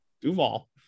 Duval